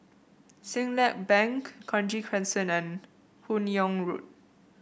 Siglap Bank Kranji Crescent and Hun Yeang Road